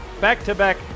Back-to-back